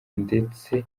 ndetse